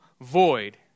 void